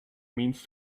means